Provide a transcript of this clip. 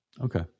Okay